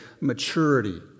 Maturity